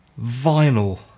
vinyl